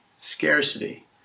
scarcity